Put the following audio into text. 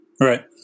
Right